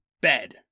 bed